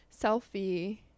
selfie